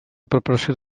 preparació